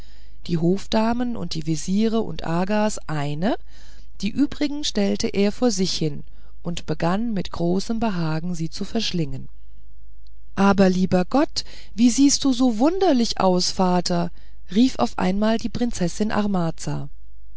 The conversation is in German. die hofdamen und die veziere und agas eine die übrigen stellte er vor sich hin und begann mit großem behagen sie zu verschlingen aber lieber gott wie siehst du so wunderlich aus vater rief auf einmal die prinzessin amarza